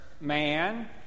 man